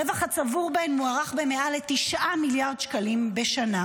הרווח הצבור בהן מוערך במעל 9 מיליארד שקלים בשנה,